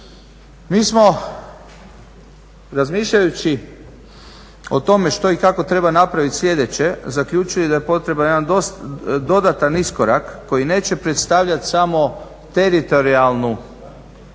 Mi smo razmišljajući o tome što i kako treba napraviti sljedeće zaključili da je potreban jedan dodatan iskorak koji neće predstavljati samo teritorijalnu